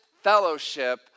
fellowship